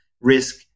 risk